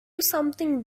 something